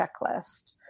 checklist